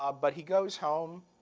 um but he goes home,